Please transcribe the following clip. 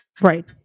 right